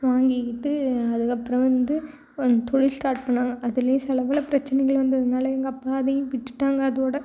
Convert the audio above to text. வாங்கிகிட்டு அதுக்கப்பறம் வந்து வந்து தொழில் ஸ்டார்ட் பண்ணாங்க அதுலேயும் சில பல பிரச்சனைகள் இருந்ததுனால எங்கள் அப்பா அதையும் விட்டுட்டாங்க அதோடு